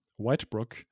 Whitebrook